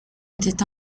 était